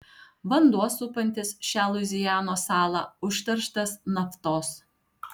vanduo supantis šią luizianos salą užterštas naftos